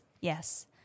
yes